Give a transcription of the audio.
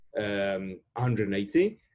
180